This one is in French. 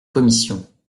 commission